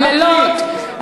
קללות,